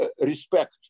respect